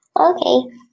Okay